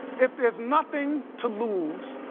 if there's nothing to lose